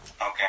Okay